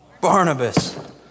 Barnabas